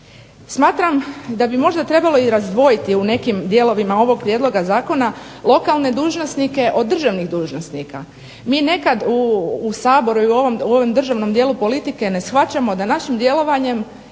Smatram da bi možda trebalo razdvojiti u nekim dijelovima ovog prijedloga zakona lokalne dužnosnike od državnih dužnosnika. Mi nekada u Saboru i u ovom državnom dijelu politike ne shvaćamo da našim djelovanjem,